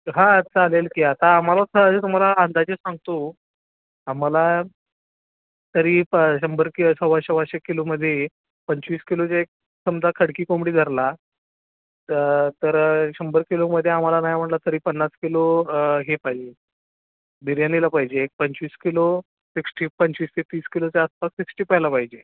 हां चालेल की आता आम्हाला तुम्हाला अंदाजे सांगतो आम्हाला तरी प शंभर कि सव्वा सव्वाशे किलोमध्ये पंचवीस किलो जे एक समजा खडकी कोंबडी धरला तर तर शंभर किलोमध्ये आम्हाला नाही म्हणलं तरी पन्नास किलो हे पाहिजे बिर्याणीला पाहिजे एक पंचवीस किलो सिक्स्टी पंचवीस ते तीस किलोच्या आसपास सिक्स्टी पायला पाहिजे